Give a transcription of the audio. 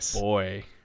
boy